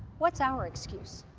what's our excuse?